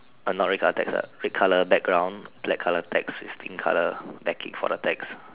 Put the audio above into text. not red colour text ah red colour background black colour text with pink colour backing for the text